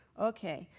ok.